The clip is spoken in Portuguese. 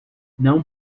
não